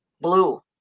blue